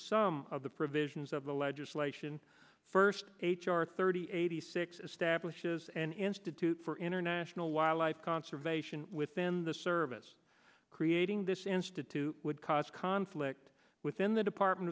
some of the provisions of the legislation first h r thirty eighty six establishes an institute for international wildlife conservation within the service creating this institute would cause conflict within the department